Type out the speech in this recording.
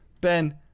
Ben